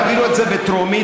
תעבירו את זה בטרומית,